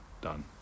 Done